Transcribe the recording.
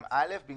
"(5) בפסקת משנה (ה),